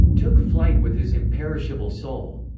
took flight with his imperishable soul.